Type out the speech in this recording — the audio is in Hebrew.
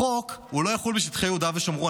החוק לא יחול בשטחי יהודה ושומרון.